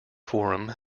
forum